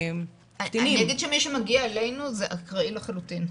נגיד שמי שמגיע אלינו זה אקראי לחלוטין,